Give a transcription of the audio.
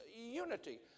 unity